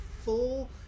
full